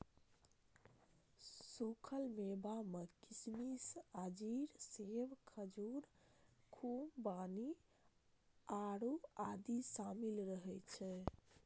सूखल मेवा मे किशमिश, अंजीर, सेब, खजूर, खुबानी, आड़ू आदि शामिल रहै छै